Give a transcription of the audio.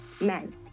men